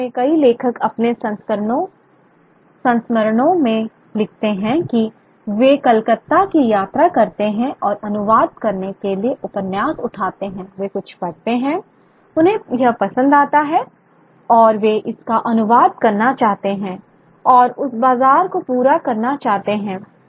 वास्तव में कई लेखक अपने संस्मरणों में लिखते हैं कि वे कलकत्ता की यात्रा करते हैं और अनुवाद करने के लिए उपन्यास उठाते हैं वे कुछ पढ़ते हैं उन्हें यह पसंद आता है और वे इसका अनुवाद करना चाहते हैं और उस बाजार को पूरा करना चाहते हैं